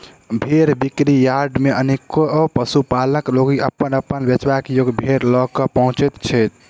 भेंड़ बिक्री यार्ड मे अनेको पशुपालक लोकनि अपन अपन बेचबा योग्य भेंड़ ल क पहुँचैत छथि